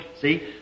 See